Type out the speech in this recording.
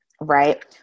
right